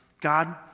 God